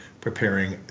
preparing